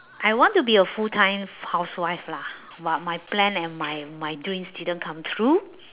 I want to be a full time housewife lah but my plan and my my dreams didn't come true